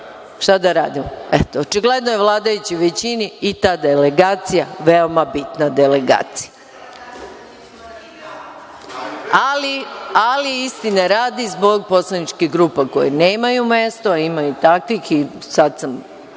šta da radimo. Očigledno je vladajućoj većini i ta delegacija veoma bitna delegacija. Ali, istine radi zbog poslaničke grupa koje nemaju mesto a imaju taktike i sad sam